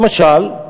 למשל,